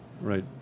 Right